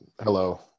Hello